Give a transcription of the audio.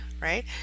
right